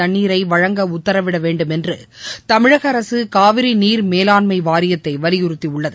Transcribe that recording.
தண்ணீரை வழங்க உத்தரவிட வேண்டுமென்று தமிழக அரசு காவிரி நீர் மேலாண்மை வாரியத்தை வலியுறுத்தியுள்ளது